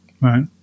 Right